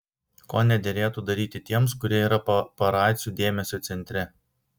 ko nederėtų daryti tiems kurie yra paparacių dėmesio centre